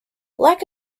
lack